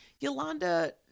Yolanda